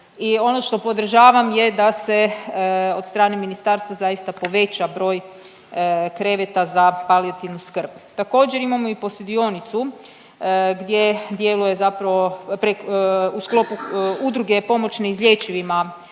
i ono što podržavam je da se od strane ministarstva zaista poveća broj kreveta za palijativnu skrb. Također imamo i posudionicu gdje djeluje zapravo pre…, u sklopu udruge pomoć neizlječivima,